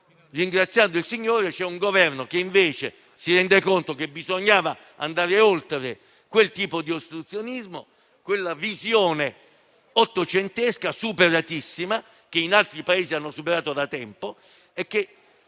ringraziando il Signore, c'è un Governo che invece si è reso conto che bisognava andare oltre quel tipo di ostruzionismo, quella visione ottocentesca superatissima, che altri Paesi hanno superato da tempo, che